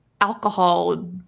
alcohol